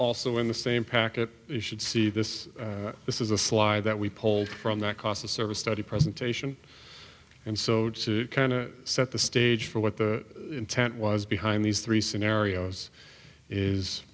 also in the same packet you should see this this is a slide that we polled from that cost of service study presentation and so to kind of set the stage for what the intent was behind these three scenarios is